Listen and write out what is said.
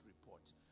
report